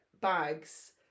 bags